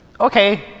Okay